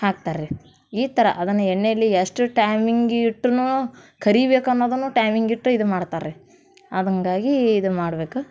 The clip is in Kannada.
ಹಾಕ್ತಾರೆ ರೀ ಈ ಥರ ಅದನ್ನು ಎಣ್ಣೆಲಿ ಎಷ್ಟು ಟೈಮಿಂಗಿಗೆ ಇಟ್ರೂ ಕರಿಬೇಕನ್ನೋದನ್ನು ಟೈಮಿಂಗ್ ಇಟ್ಟು ಇದು ಮಾಡ್ತಾರೆ ರೀ ಅದು ಹಂಗಾಗೀ ಇದು ಮಾಡ್ಬೇಕು